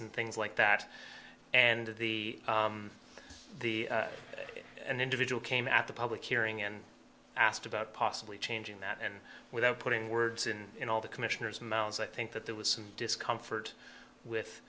and things like that and the the individual came at the public hearing and asked about possibly changing that and without putting words in in all the commissioners mows i think that there was some discomfort with